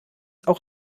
auch